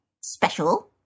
special